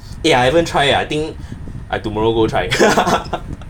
eh I haven't try I think I tomorrow go try